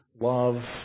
love